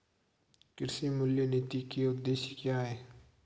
कृषि मूल्य नीति के उद्देश्य क्या है?